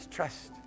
Trust